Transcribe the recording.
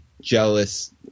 jealous